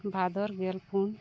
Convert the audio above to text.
ᱵᱷᱟᱫᱚᱨ ᱜᱮᱞ ᱯᱩᱱ